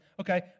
Okay